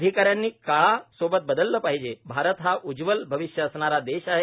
अधिकाऱ्यांनी काळासोबत बदलले पाहिजे भारत हा उज्ज्वल अविष्य असणारा देश आहे